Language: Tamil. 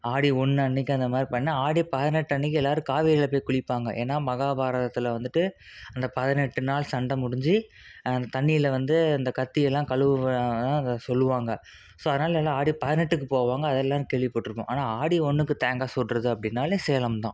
ஆடி ஒன்றன்னைக்கி அந்தமாதிரி பண்ணா ஆடி பதினெட்டு அன்னைக்கு எல்லோரும் காவேரியில போய் குளிப்பாங்க ஏன்னா மகாபாரதத்தில் வந்துட்டு அந்த பதினெட்டு நாள் சண்டை முடிஞ்சு அந்த தண்ணியில வந்து அந்த கத்தியெல்லாம் கழுவு அதை சொல்லுவாங்க ஸோ அதனால் எல்லாம் ஆடி பதினெட்டுக்கு போவாங்க அதெல்லாம் கேள்விப்பட்டிருக்கோம் ஆனால் ஆடி ஒன்றுக்கு தேங்காய் சுடுறது அப்படின்னாலே சேலம்தான்